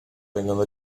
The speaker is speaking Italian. vengono